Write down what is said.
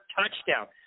touchdown